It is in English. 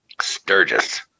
Sturgis